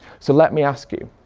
so let me ask you.